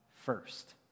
first